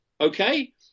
Okay